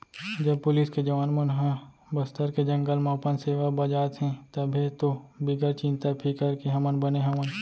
जब पुलिस के जवान मन ह बस्तर के जंगल म अपन सेवा बजात हें तभे तो बिगर चिंता फिकर के हमन बने हवन